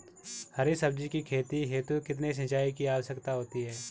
हरी सब्जी की खेती हेतु कितने सिंचाई की आवश्यकता होती है?